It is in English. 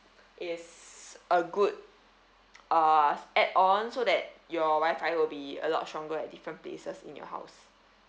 is a good uh add-on so that your wi-fi will be a lot stronger at different places in your house